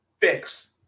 fix